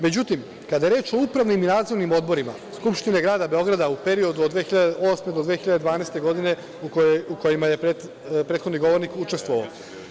Međutim, kada je reč o upravnim i nadzornim odborima Skupštine Grada Beograda u periodu od 2008. do 2012. godine u kojima je prethodni govornik učestvovao.